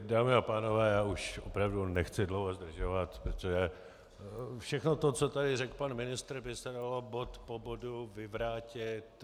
Dámy a pánové, já už opravdu nechci dlouho zdržovat, protože všechno to, co tady řekl pan ministr, by se dalo bod po bodu vyvrátit.